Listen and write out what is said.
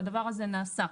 והדבר הזה נעשה.